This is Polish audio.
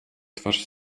twarz